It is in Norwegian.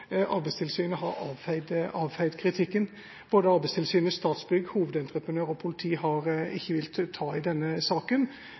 Arbeidstilsynet har avfeid kritikken. Verken Arbeidstilsynet, Statsbygg, hovedentreprenør eller politiet har villet ta i denne saken.